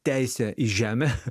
teisė į žemę